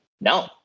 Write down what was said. no